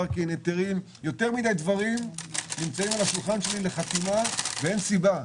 יותר מדי דברים נמצאים על השולחן שלי לחתימה ואין סיבה.